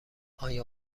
آیا